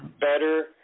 better